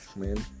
man